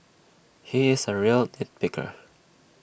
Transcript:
he is A real nit picker